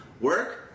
work